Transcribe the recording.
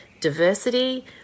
diversity